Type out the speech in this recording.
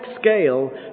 scale